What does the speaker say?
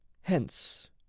Hence